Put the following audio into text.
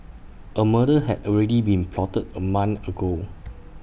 A murder had already been plotted A month ago